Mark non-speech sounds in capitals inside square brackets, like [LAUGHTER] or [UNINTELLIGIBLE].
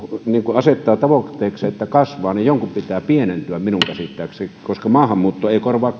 asettaa tavoitteekseen että kasvaa niin jonkun pitää pienentyä minun käsittääkseni koska maahanmuutto ei korvaa [UNINTELLIGIBLE]